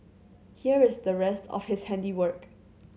here is the rest of his handiwork